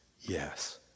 Yes